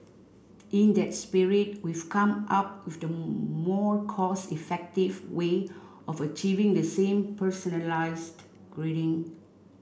in that spirit we've come up with a more cost effective way of achieving the same personalised greeting